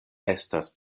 estas